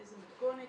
באיזו מתכונת